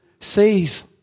sees